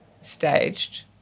staged